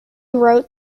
wrote